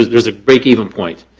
this, there's a break even point.